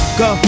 go